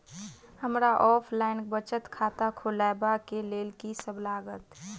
हमरा ऑफलाइन बचत खाता खोलाबै केँ लेल की सब लागत?